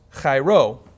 chairo